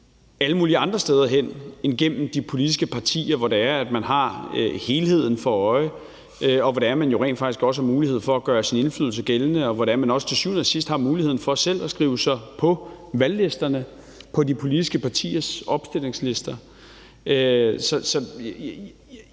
alle mulige andre steder hen end gennem de politiske partier, hvor det er, at man har helheden for øje; hvor det er, at man jo rent faktisk også har mulighed for at gøre sin indflydelse gældende; og hvor det er, at man også til syvende og sidst har muligheden for selv at skrive sig på valglisterne, på de politiske partiers opstillingslister.